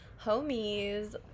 homies